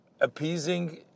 appeasing